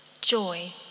joy